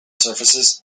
surfaces